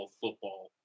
football